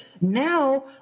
now